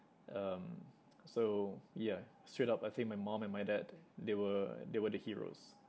um so yeah straight up I think my mum and my dad they were they were the heroes